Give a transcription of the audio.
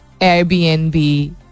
Airbnb